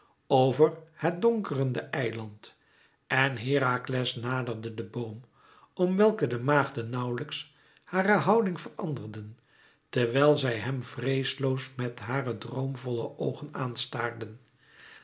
over het donkerende eiland en herakles naderde den boom om welken de maagden nauwlijks hare houding veranderden terwijl zij hem vreesloos met hare droomvolle oogen aan